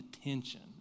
attention